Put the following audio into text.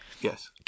Yes